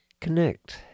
connect